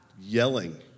yelling